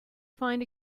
find